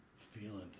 feeling